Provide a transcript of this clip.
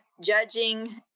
judging